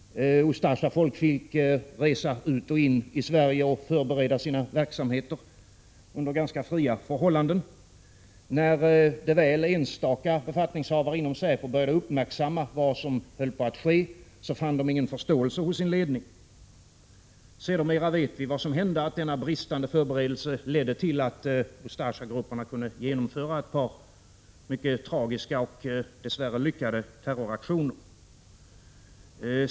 Ustasjafolk fick resa ut och in i Sverige och förbereda sina verksamheter under ganska fria förhållanden. När väl enstaka befattningshavare inom säpo började uppmärksamma vad som höll på att ske, fann de ingen förståelse hos sin ledning. Vi vet vad som sedan hände: denna bristande förberedelse ledde till att Ustasjagrupperna kunde genomföra ett par mycket tragiska och dess värre lyckade terroraktioner.